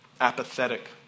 apathetic